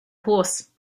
horse